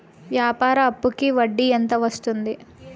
వ్యాపార అప్పుకి వడ్డీ ఎంత వస్తుంది?